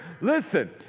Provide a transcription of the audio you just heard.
Listen